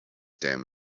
dam